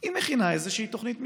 היא מכינה איזושהי תוכנית משחק.